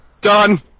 Done